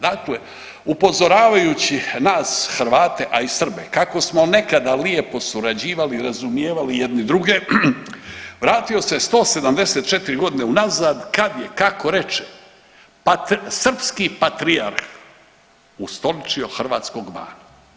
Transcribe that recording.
Dakle, upozoravajući nas Hrvate a i Srbe kako smo nekada lijepo surađivali, razumijevali jedni druge vratio se 174 godine unazad kad je kako reče srpski patrijarh ustoličio hrvatskog bana.